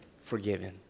forgiven